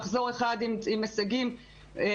מחזור אחד עם הישגים מסוימים,